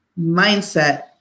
mindset